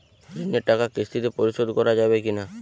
ঋণের টাকা কিস্তিতে পরিশোধ করা যাবে কি না?